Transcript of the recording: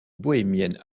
bohémienne